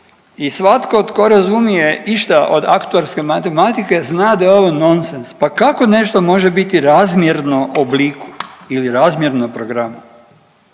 i svatko tko razumije išta od aktuarske matematike zna da je ovo nonsens. Pa kako nešto može biti razmjerno obliku ili razmjerno programu?